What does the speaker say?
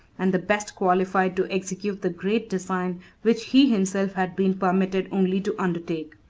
and the best qualified to execute the great design which he himself had been permitted only to undertake.